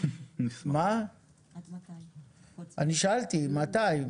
אני שאלתי מתי?